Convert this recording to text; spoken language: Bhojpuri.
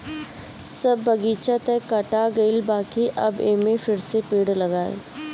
सब बगीचा तअ काटा गईल बाकि अब एमे फिरसे पेड़ लागी